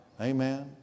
Amen